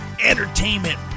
entertainment